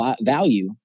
value